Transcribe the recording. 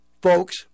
Folks